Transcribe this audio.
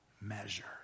measure